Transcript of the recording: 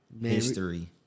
history